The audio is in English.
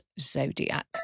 zodiac